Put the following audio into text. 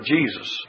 Jesus